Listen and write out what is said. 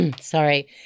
Sorry